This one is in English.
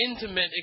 intimate